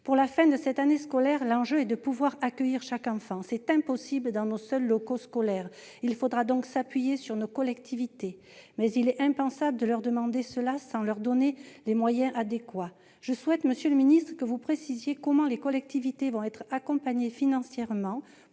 Pour la fin de cette année scolaire, l'enjeu est de pouvoir accueillir chaque enfant. C'est impossible dans nos seuls locaux scolaires. Il faudra donc s'appuyer sur nos collectivités locales, mais il est impensable de leur demander cela sans leur donner les moyens adéquats. Monsieur le ministre, je souhaite que vous précisiez comment les collectivités locales vont être accompagnées financièrement